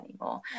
anymore